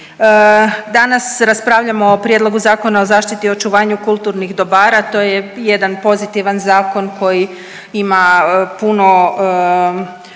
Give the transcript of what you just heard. Danas raspravljamo o prijedlogu Zakona o zaštiti i očuvanju kulturnih dobara to je jedan pozitivan zakon koji ima puno